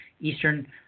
Eastern